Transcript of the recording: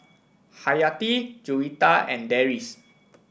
Haryati Juwita and Deris